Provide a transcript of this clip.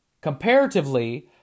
comparatively